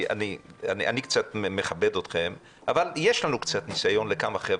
אני קצת מכבד אתכם אבל יש קצת ניסיון לכמה חבר'ה.